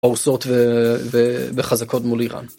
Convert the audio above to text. וחזקות מול איראן.